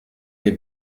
lès